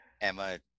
Emma